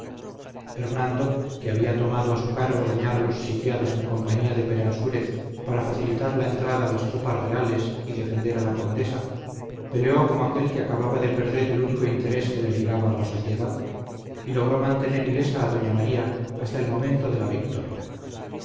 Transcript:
hernando que había tomado a su cargo dañar a los sitiados en compañía de peransúrez para facilitar la entrada a las tropas reales y defender a la condesa peleó como aquél que acababa de perder el único interés que le ligaba a la sociedad y logró mantener ilesa a doña maría hasta el momento de la victoria